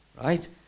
Right